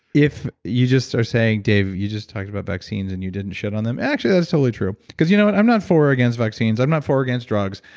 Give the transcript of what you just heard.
if you just are saying, dave, you just talked about vaccines and you didn't shit on them. actually, that's totally true. because you know what? i'm not for or against vaccines, i'm not for or against drugs,